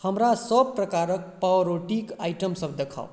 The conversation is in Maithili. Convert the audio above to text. हमरा सभ प्रकारक पाव रोटीक आइटमसभ देखाउ